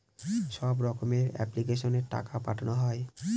সব রকমের এপ্লিক্যাশনে টাকা পাঠানো হয়